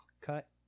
cut